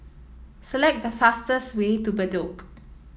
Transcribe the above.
select the fastest way to Bedok